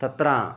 तत्र